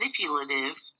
manipulative